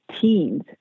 teens